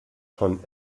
von